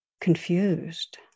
confused